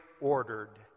ordered